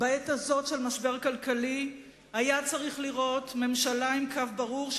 בעת הזאת של משבר כלכלי היה צריך לראות ממשלה עם קו ברור,